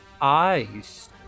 eyes